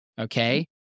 okay